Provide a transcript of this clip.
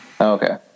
Okay